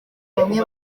bamwe